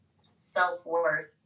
self-worth